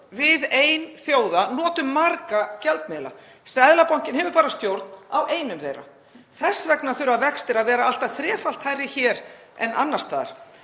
Við, ein þjóða, notum marga gjaldmiðla. Seðlabankinn hefur bara stjórn á einum þeirra. Þess vegna þurfa að vextir að vera allt að þrefalt hærri hér en annars staðar.